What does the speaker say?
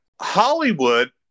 Hollywood